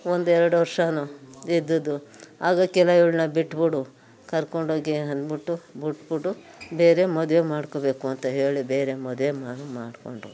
ಒಂದೆರಡು ವರ್ಷವೂ ಇದ್ದದ್ದು ಆಗೋಕಿಲ್ಲ ಇವಳ ಬಿಟ್ಬಿಡು ಕರ್ಕೊಂಡೋಗಿ ಅಂದ್ಬಿಟ್ಟು ಬಿಟ್ಬಿಟ್ಟು ಬೇರೆ ಮದುವೆ ಮಾಡ್ಕೊಳ್ಬೇಕು ಅಂತ ಹೇಳಿ ಬೇರೆ ಮದುವೆ ಮಾಡ್ಕೊಂಡ್ರು